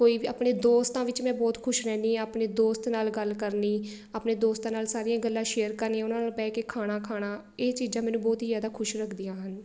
ਕੋਈ ਵੀ ਆਪਣੇ ਦੋਸਤਾਂ ਵਿੱਚ ਮੈਂ ਬਹੁਤ ਖੁਸ਼ ਰਹਿੰਦੀ ਹਾਂ ਆਪਣੇ ਦੋਸਤ ਨਾਲ ਗੱਲ ਕਰਨੀ ਆਪਣੇ ਦੋਸਤਾਂ ਨਾਲ ਸਾਰੀਆਂ ਗੱਲਾਂ ਸ਼ੇਅਰ ਕਰਨੀਆਂ ਉਹਨਾਂ ਨਾਲ ਬਹਿ ਕੇ ਖਾਣਾ ਖਾਣਾ ਇਹ ਚੀਜ਼ਾਂ ਮੈਨੂੰ ਬਹੁਤ ਹੀ ਜ਼ਿਆਦਾ ਖੁਸ਼ ਰੱਖਦੀਆਂ ਹਨ